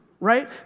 right